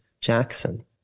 jackson